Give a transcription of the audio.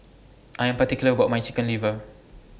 I Am particular about My Chicken Liver